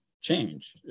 change